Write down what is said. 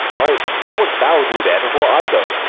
why, what wouldst thou do there before i go?